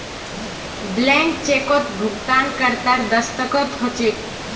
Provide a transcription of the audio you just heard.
blank चेकत भुगतानकर्तार दस्तख्त ह छेक